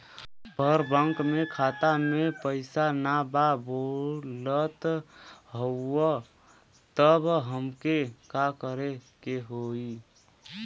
पर बैंक मे खाता मे पयीसा ना बा बोलत हउँव तब हमके का करे के होहीं?